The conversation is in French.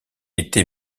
était